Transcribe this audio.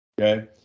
Okay